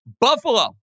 Buffalo